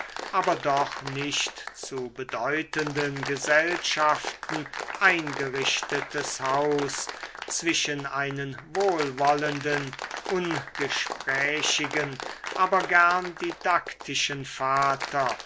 aber doch nicht zu bedeutenden gesellschaften eingerichtetes haus zwischen einen wohlwollenden ungesprächigen aber gern didaktischen vater